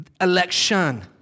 election